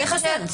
זה חסר.